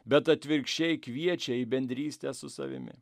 bet atvirkščiai kviečia į bendrystę su savimi